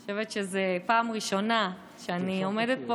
אני חושבת שזאת פעם ראשונה שאני עומדת פה